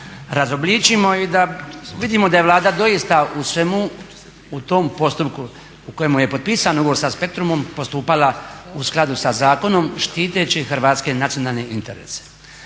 razobličimo i da vidimo da je Vlada doista u svemu, u tom postupku u kojemu je potpisan ugovor sa Spectrumom postupala u skladu sa zakonom štiteći hrvatske nacionalne interese.